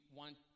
want